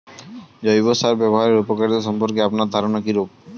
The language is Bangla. জৈব সার ব্যাবহারের উপকারিতা সম্পর্কে আপনার ধারনা কীরূপ?